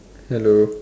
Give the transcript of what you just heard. hello